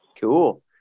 Cool